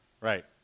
Right